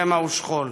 דמע ושכול.